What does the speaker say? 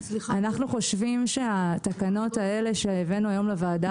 אנחנו חושבים שהתקנות האלה שהבאנו היום לוועדה